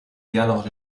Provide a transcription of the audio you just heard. diálogos